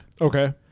Okay